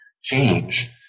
change